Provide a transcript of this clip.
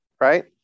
Right